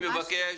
אני מבקש.